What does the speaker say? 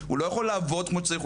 הוא לא יכול לעבוד כמו שצריך,